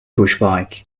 pushbike